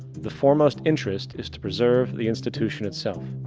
the foremost interest is to preserve the institution itself.